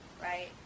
right